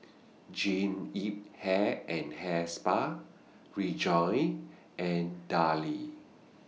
Jean Yip Hair and Hair Spa Rejoice and Darlie